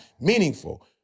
meaningful